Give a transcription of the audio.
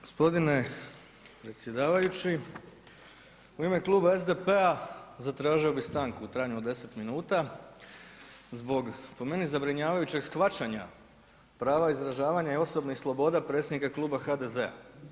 Gospodine predsjedavajući u ime Kluba SDP-a zatražio bi stanku u trajanju od 10 minuta zbog po meni zabrinjavajućeg shvaćanja prava izražavanja i osobnih sloboda predsjednika Kluba HDZ-a.